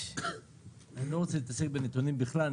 אני לא רוצה להתעסק בנתונים בכלל,